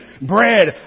bread